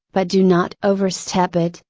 but do not overstep it,